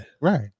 Right